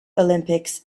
olympics